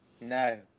No